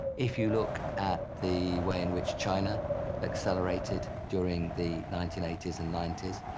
if you look at the way in which china accelerated during the nineteen eighty s and ninety s,